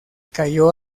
cayó